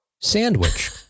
sandwich